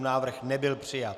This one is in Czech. Návrh nebyl přijat.